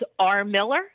rmiller